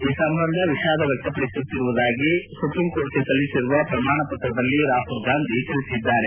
ಈ ಸಂಬಂಧ ವಿಷಾಧ ವ್ನಕ್ತಪಡಿಸುವುದಾಗಿ ಸುಪ್ರೀಂಕೋರ್ಟ್ಗೆ ಸಲ್ಲಿಸಿರುವ ಪ್ರಮಾಣ ಪ್ರತ್ರದಲ್ಲಿ ರಾಹುಲ್ ಗಾಂಧಿ ತಿಳಿಸಿದ್ದಾರೆ